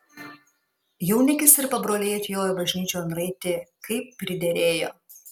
jaunikis ir pabroliai atjojo bažnyčion raiti kaip priderėjo